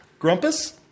grumpus